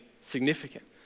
significant